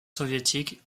soviétiques